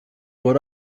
what